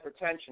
hypertension